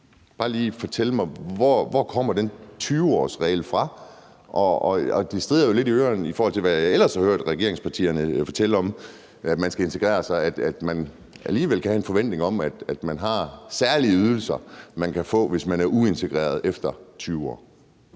bare lige fortælle mig, hvor den 20-årsregel kommer fra? Det skurrer jo lidt i ørerne, i forhold til hvad jeg ellers har hørt regeringspartierne fortælle om at man skal integrere sig, altså at man så alligevel kan have en forventning om, at der er nogle særlige ydelser, man kan få efter 20 år, hvis man er uintegreret. Kl.